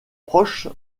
proche